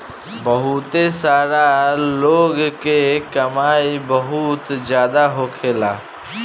बहुते सारा लोग के कमाई बहुत जादा होखेला